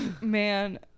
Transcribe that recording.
Man